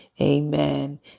amen